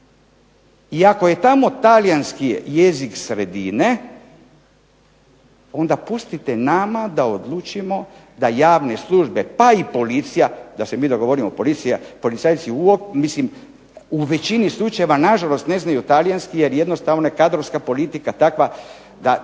I ako je tamo talijanski jezik sredine, onda pustite nama da odlučimo da javne službe pa i policija, da se mi dogovorimo policija, policajci, mislim u većini slučajeva na žalost ne znaju talijanski jer jednostavno kadrovska politika takva da